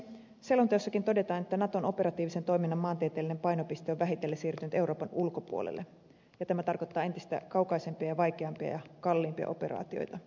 selonteossakin todetaan että naton operatiivisen toiminnan maantieteellinen painopiste on vähitellen siirtynyt euroopan ulkopuolelle ja tämä tarkoittaa entistä kaukaisempia ja vaikeampia ja kalliimpia operaatioita